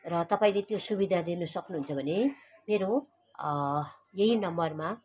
र तपाईँले त्यो सुविधा दिनु सक्नुहुन्छ भने मेरो यही नम्बरमा